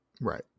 Right